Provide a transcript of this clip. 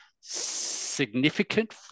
significant